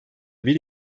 bir